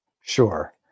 Sure